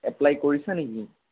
apply কৰিছা নেকি